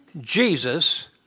Jesus